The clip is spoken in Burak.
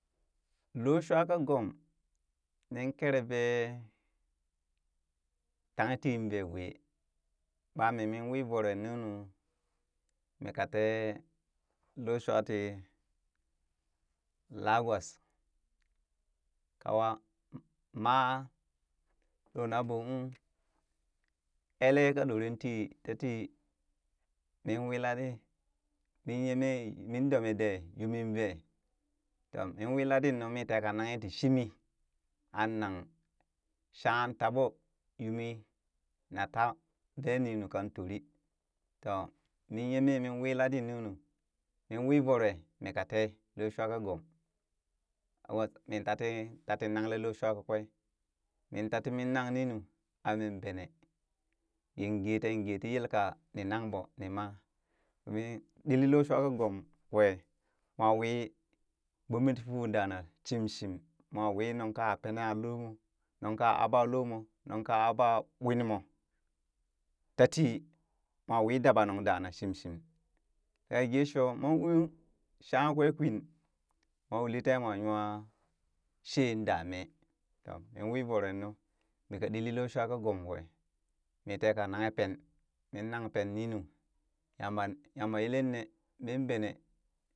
Looshuwa ka gom nin kere vee tanghe tiin vee wee ɓami min wi voro ninu mika tee looshuwa tii lagos kawa maa loo na ɓoo kung, ele ye ka ɗoren ti tatii min wi laɗi min yemee mim dumedee yuumin vee, to min wi laɗit nu mii taka nanghe ti shimi, an nang shaan taɓoo uu mi nataa vee ninu kan turii toh min yeme min wi ladit ninu min wi voro mika tee loo shuwa ka gom awa min tatin tatin nangle looshuwa kwee min ta timin nan ninu. amin benee yin gee teen gee ti yelka ninangɓo ni ma mii ɗilli looshuwa ka gom kwee moowi gbome ti fuu dana shim shim, moo wii nuŋ ka pena loo moo nungka aɓa lomo nungka aɓa ɓwinmo tatii moo wii dabanug dana shimshim moo uuh shangha kweekwin moo uli temwa nwa shee daamee. toh min wi voro nuu mi ka ɗilli looh shuwa ka gomkwee mii teeka nanghe pen min nang pen ninu, yamba yama yele ne min bene,